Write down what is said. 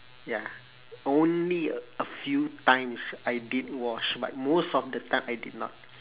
ya only a few times I did wash but most of the time I did not